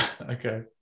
Okay